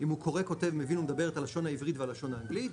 אם הוא קורא כותב מבין ומדבר את הלשון העברית והלשון האנגלית,